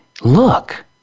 look